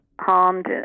harmed